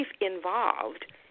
involved